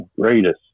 greatest